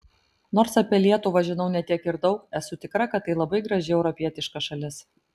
nors apie lietuvą žinau ne tiek ir daug esu tikra kad tai labai graži europietiška šalis